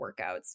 workouts